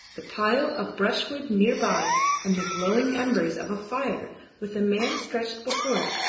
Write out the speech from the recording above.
the pile of brushwood near by and the glowing embers of a fire with a man stretched before it,